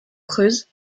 creuse